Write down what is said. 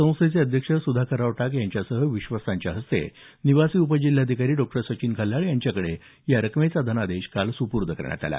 संस्थेचे अध्यक्ष सुधाकरराव टाक यांच्यासह विश्वस्तांच्या हस्ते निवासी उपजिल्हाधिकारी डॉ सचिन खल्लाळ यांच्याकडे या रकमेचा धनादेश काल सुपूर्द करण्यात आला